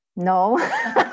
No